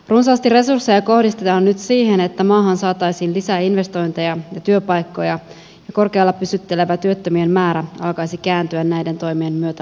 runsaasti resursseja kohdistetaan nyt siihen että maahan saataisiin lisää investointeja ja työpaikkoja ja korkealla pysyttelevä työttömien määrä alkaisi kääntyä näiden toimien myötä laskuun